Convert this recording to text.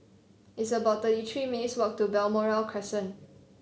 it's about thirty three minutes' walk to Balmoral Crescent